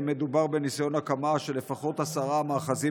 מדובר בניסיון הקמה של לפחות עשרה מאחזים